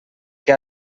que